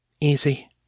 Easy